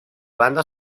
banda